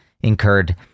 incurred